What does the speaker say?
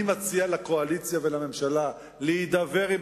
אני מציע לקואליציה ולממשלה להידבר עם